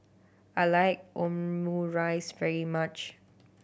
I like Omurice very much